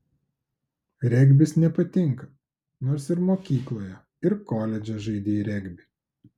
regbis nepatinka nors ir mokykloje ir koledže žaidei regbį